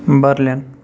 Berlin